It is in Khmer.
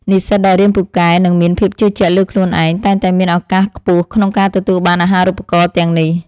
និស្សិតដែលរៀនពូកែនិងមានភាពជឿជាក់លើខ្លួនឯងតែងតែមានឱកាសខ្ពស់ក្នុងការទទួលបានអាហារូបករណ៍ទាំងនេះ។